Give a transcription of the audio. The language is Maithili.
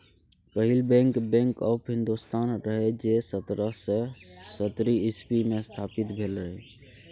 पहिल बैंक, बैंक आँफ हिन्दोस्तान रहय जे सतरह सय सत्तरि इस्बी मे स्थापित भेल रहय